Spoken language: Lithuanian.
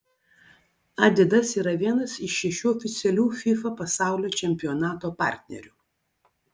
adidas yra vienas iš šešių oficialių fifa pasaulio čempionato partnerių